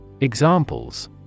Examples